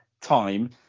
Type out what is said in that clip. time